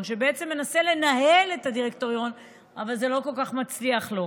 שבעצם מנסה לנהל את הדירקטוריון אבל זה לא כל כך מצליח לו.